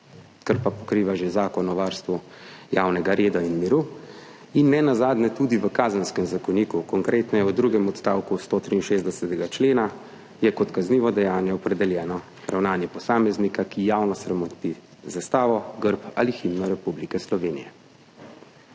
kar pokriva že Zakon o varstvu javnega reda in miru in nenazadnje tudi Kazenski zakonik, konkretneje v drugem odstavku 163. člena, kjer je kot kaznivo dejanje opredeljeno ravnanje posameznika, ki javno sramoti zastavo, grb ali himno Republike Slovenije,